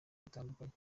bitandukanye